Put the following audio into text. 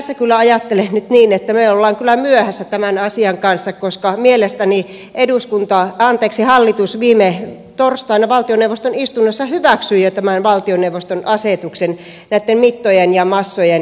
tässä kyllä ajattelen nyt niin että me olemme myöhässä tämän asian kanssa koska mielestäni hallitus viime torstaina valtioneuvoston istunnossa hyväksyi jo tämän valtioneuvoston asetuksen mittojen ja massojen korottamisesta